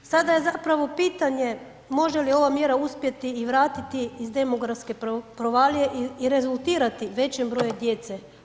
Sada je zapravo pitanje može li ova mjera uspjeti i vratiti iz demografske provalije i rezultirati većim brojem djece.